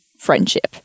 friendship